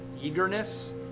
eagerness